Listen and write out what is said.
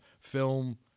film